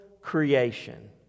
creation